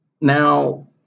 Now